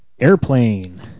Airplane